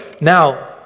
now